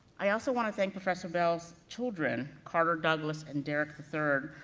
i also wanna thank professor bell's children, carter, douglas, and derrick the third,